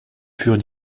furent